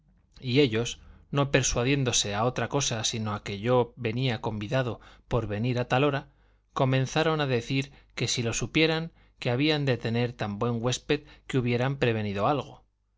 y ellos no persuadiéndose a otra cosa sino a que yo venía convidado por venir a tal hora comenzaron a decir que si lo supieran que habían de tener tan buen huésped que hubieran prevenido algo